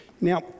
Now